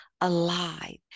alive